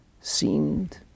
seemed